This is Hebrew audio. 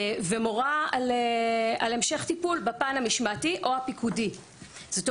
ומורה על המשך טיפול בפן המשמעתי או הפיקודי.